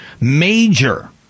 major